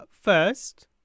First